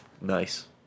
nice